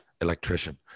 electrician